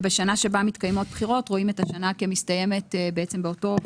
ובשנה שבה מתקיימות בחירות רואים את השנה כמסתיימת בעצם באותו,